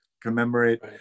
commemorate